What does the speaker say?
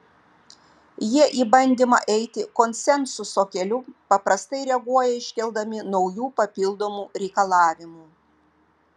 jie į bandymą eiti konsensuso keliu paprastai reaguoja iškeldami naujų papildomų reikalavimų